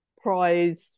prize